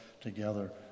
together